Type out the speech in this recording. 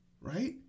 Right